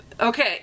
Okay